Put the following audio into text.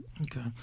Okay